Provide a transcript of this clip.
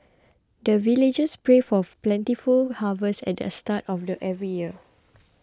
the villagers pray for plentiful harvest at the start of every year